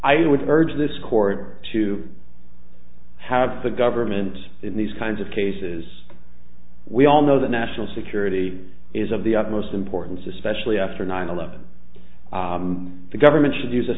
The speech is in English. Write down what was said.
i would urge this court to have the government in these kinds of cases we all know that national security is of the utmost importance especially after nine eleven the government should use